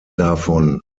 davon